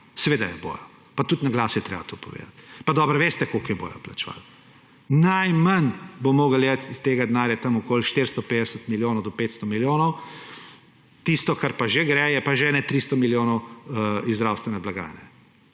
seveda jo bojo, pa tudi naglas je treba to povedati, pa dobro veste, koliko jo bojo plačevali. Najmanj bo moralo iti iz tega denarja okoli 450 milijonov do 500 milijonov, tisto, kar pa že gre, je pa že okoli 300 milijonov iz zdravstvene blagajne,